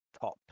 top